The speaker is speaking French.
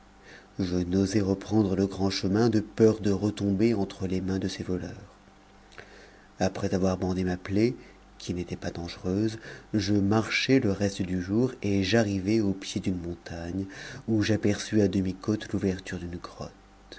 je n'osai reprendre le grand chemin de peur de retomber entre les mains de ces voleurs après avoir bandé ma plaie qui n'était pas dangereuse je marchai le reste du jour et j'arrivai au pied d'une montagne où j'aperçus à demi côte l'ouverture d'une grotte